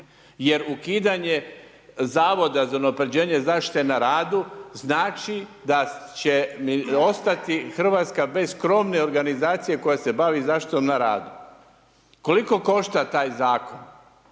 jer ukidanje Zavoda za unaprjeđenje zaštite na radu znači da će ostati Hrvatska bez krovne organizacije koja se bavi zaštitom na radu. Koliko košta taj zakon?